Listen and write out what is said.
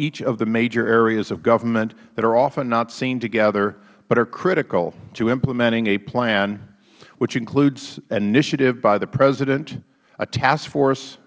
each of the major areas of government that are often not seen together but are critical to implementing a plan which includes initiative by the president a task force